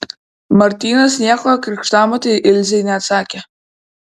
martynas nieko krikštamotei ilzei neatsakė